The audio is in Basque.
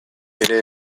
ere